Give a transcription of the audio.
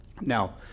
Now